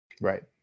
Right